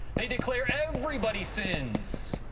they declare everybody sins.